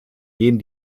gehen